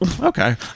Okay